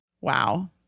Wow